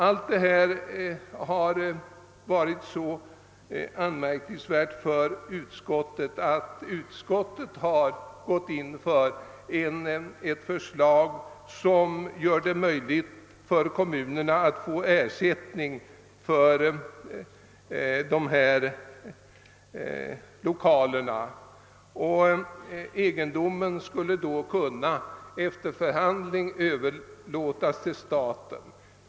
Allt detta har för utskottets majoritet framstått som så anmärkningsvärt att man gått in för ett förslag som gör det möjligt för kommunerna att få ersättning för dessa lokaler. Egendomen skulle då efter förhandling kunna överlåtas till staten.